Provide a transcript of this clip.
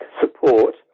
support